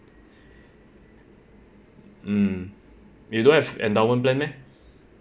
mm you don't have endowment plan meh